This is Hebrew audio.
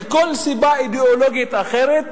מכל סיבה אידיאולוגית אחרת,